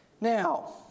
Now